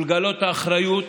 לגלות אחריות